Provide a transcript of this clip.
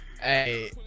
Hey